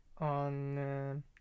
on